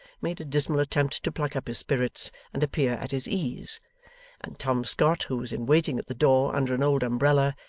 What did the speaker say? made a dismal attempt to pluck up his spirits and appear at his ease and tom scott, who was in waiting at the door under an old umbrella,